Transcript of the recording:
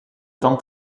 tand